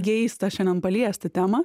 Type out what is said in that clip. keistą šiandien paliesti temą